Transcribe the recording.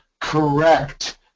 correct